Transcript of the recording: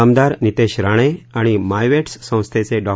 आमदार नीतेश राणे आणि मायवेट्स संस्थेचे डॉ